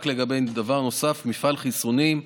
רק דבר נוסף: מפעל חיסונים,